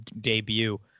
debut